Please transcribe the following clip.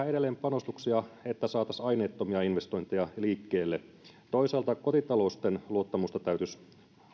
edelleen panostuksia että saisimme aineettomia investointeja liikkeelle toisaalta kotitalousten luottamusta täytyisi